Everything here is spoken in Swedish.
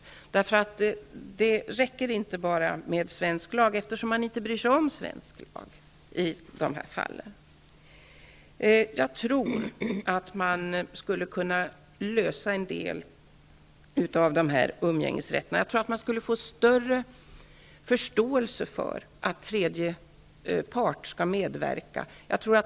Det räcker inte bara med svensk lag, eftersom förövarna i dessa fall inte bryr sig om svensk lag. Jag tror att det skulle kunna gå att lösa en del av problemen om umgängesrätterna. Det skulle kunna gå att få större förståelse för att tredje part skall medverka.